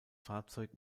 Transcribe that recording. fahrzeug